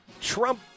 Trump